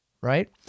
right